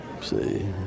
see